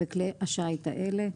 בכלי השיט האלה: